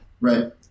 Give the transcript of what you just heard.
Right